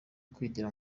kwigira